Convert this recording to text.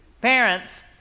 Parents